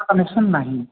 connection ନାହିଁ